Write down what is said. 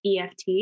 EFT